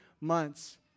months